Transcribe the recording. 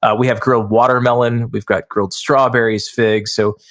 ah we have grilled watermelon. we've got grilled strawberries, figs. so,